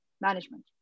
management